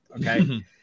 Okay